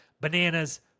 Bananas